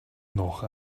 noch